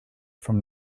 from